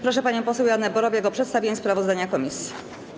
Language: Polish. Proszę panią poseł Joannę Borowiak o przedstawienie sprawozdania komisji.